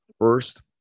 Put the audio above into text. First